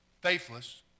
faithless